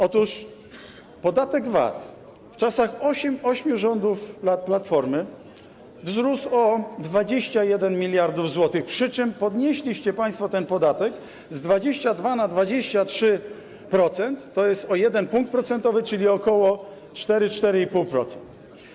Otóż podatek VAT w czasach 8 lat rządów Platformy wzrósł o 21 mld zł, przy czym podnieśliście państwo ten podatek z 22% na 23%, tj. o jeden punkt procentowy, czyli ok. 4, 4,5%.